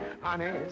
Honey